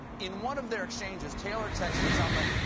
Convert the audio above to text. in one of their exchanges, taylor texted sondland,